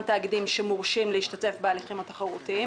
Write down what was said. התאגידים שמורשים להשתתף בהליכים התחרותיים.